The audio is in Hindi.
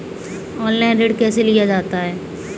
ऑनलाइन ऋण कैसे लिया जाता है?